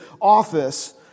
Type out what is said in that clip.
office